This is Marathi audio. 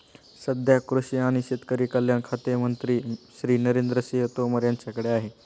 सध्या कृषी आणि शेतकरी कल्याण खाते मंत्री श्री नरेंद्र सिंह तोमर यांच्याकडे आहे